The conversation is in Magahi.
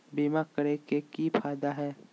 बीमा करैला के की फायदा है?